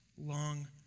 long